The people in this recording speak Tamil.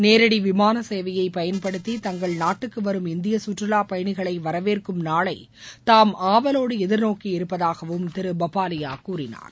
நேரடி விமான சேவையை பயன்படுத்தி தங்கள் நாட்டுக்கு வரும் இந்திய சுற்றுலாப்பயணிகளை வரவேற்கும் நாளை தாம் ஆவலோடு எதிர் நோக்கியிருப்பதாகவும் திரு பப்பாலியா கூறினார்